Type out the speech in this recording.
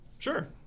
Sure